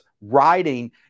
writing